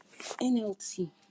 NLT